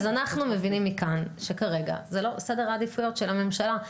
אז אנחנו מבינים מכאן שכרגע זה לא בסדר העדיפויות של הממשלה.